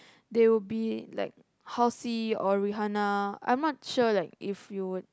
they'll be like Halsey or Rihanna I'm not sure like if you would